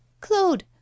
claude